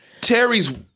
Terry's